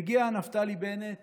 מגיע נפתלי בנט